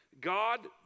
God